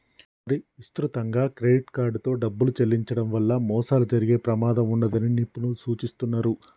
మరీ విస్తృతంగా క్రెడిట్ కార్డుతో డబ్బులు చెల్లించడం వల్ల మోసాలు జరిగే ప్రమాదం ఉన్నదని నిపుణులు సూచిస్తున్నరు